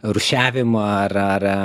rūšiavimą ar ar